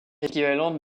équivalentes